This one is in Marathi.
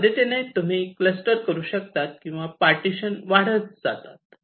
या पद्धतीने तुम्ही क्लस्टर करू शकतात किंवा पार्टिशन वाढत जातात